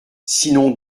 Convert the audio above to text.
sinon